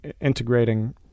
integrating